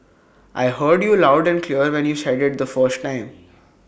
I heard you loud and clear when you said IT the first time